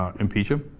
impeach him